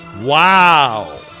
Wow